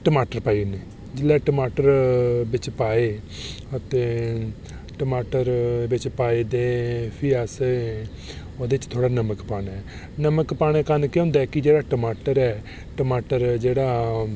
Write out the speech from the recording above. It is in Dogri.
टमाटर पाई उड़ने जेल्लै टमाटर बिच पाए अते टमाटर बेि पाए ते फ्ही अस ओह्दे च थोह्ड़ा नमक पाना ऐ नमक पाने दे बाद टमाटर ऐ टमाटर जेह्ड़ा